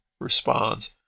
responds